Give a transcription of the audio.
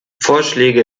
vorschläge